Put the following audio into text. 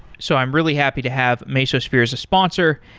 so i'm really happy to have mesosphere as a sponsor,